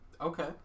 Okay